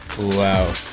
Wow